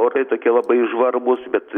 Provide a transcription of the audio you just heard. orai tokie labai žvarbūs bet